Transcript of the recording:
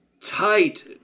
tight